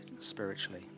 spiritually